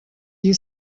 you